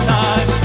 time